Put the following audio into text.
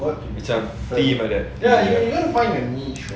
macam